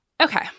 Okay